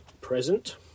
present